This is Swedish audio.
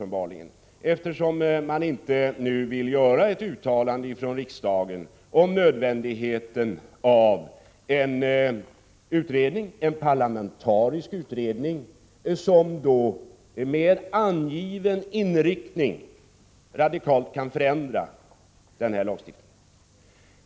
Man vill ju inte göra ett uttalande från riksdagen om nödvändigheten av en parlamentarisk utredning som med angiven inriktning kan förändra jordförvärvslagstiftningen radikalt.